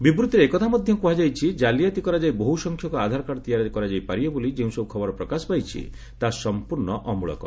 ବିବୃତ୍ତିରେ ଏକଥା ମଧ୍ୟ କୁହାଯାଇଛି କାଲିଆତି କରାଯାଇ ବହୁ ସଂଖ୍ୟକ ଆଧାରକାର୍ଡ ତିଆରି କରାଯାଇ ପାରିବ ବୋଲି ଯେଉଁସବୃ ଖବର ପ୍ରକାଶ ପାଇଛି ତାହା ସମ୍ପର୍ଣ୍ଣ ଅମୂଳକ